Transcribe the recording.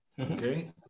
okay